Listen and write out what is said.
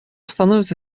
становится